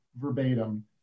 verbatim